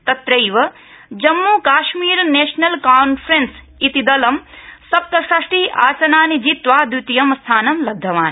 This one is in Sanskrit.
तत्रैव जम्मू कश्मीर नेशनल कांफ्रेंस इति दलं सप्तषष्टि आसनानि जित्वा दवितीयं स्थानं लब्धवान्